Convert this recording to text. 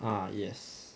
ah yes